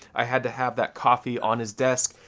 i had to have that coffee on his desk,